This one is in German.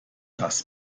dass